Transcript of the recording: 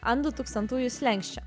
ant du tūkstantųjų slenksčio